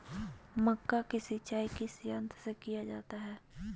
मक्का की सिंचाई किस यंत्र से किया जाता है?